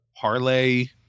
parlay